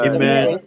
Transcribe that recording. Amen